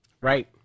right